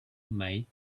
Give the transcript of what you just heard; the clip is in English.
made